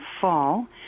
fall